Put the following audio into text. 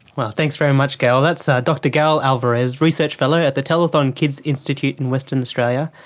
thanks very much gail. that's dr gail alvares, research fellow at the telethon kids institute in western australia,